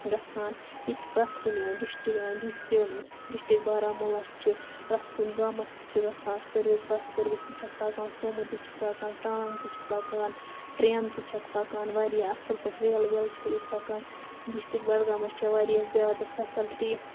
گَژھان ییٚتہِ چھِ پرٛٮ۪تھ کُنہِ ڈِشٹہٕ ڈِستہٕ ڈِشٹِک بارہمولہ چھِ پرٛٮ۪تھ کُنہِ گامَس چھِ گَژھان سٔروِس بَس سٔروِس تہِ چھَکھ پَکان سومو تہِ چھَکھ پَکان ٹانٛگہٕ تہِ چھِکھ پَکان ٹرٛینہٕ تہِ چھَکھ پَکان واریاہ اَصٕل پٲٹھۍ ریلہٕ ویلہٕ چھےٚ ییٚتہِ پَکان ڈِشٹِک بَڈگامَس چھےٚ واریاہ زیادٕ فیسَلٹی